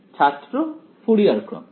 ছাত্র ফুরিয়ার ক্রম